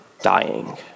dying